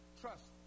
trust